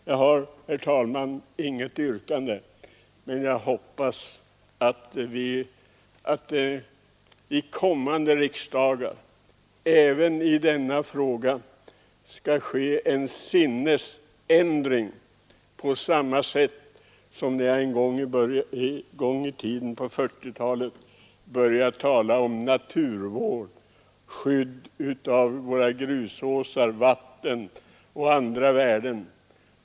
Jag har, herr talman, inget yrkande, men jag hoppas att under kommande riksdagar skall ske en sinnesändring i denna fråga på samma sätt som i andra frågor jag har tagit upp tidigare. En gång i tiden, på 1940-talet, började jag tala om naturvård, skydd av våra grusåsar, vatten och andra värden.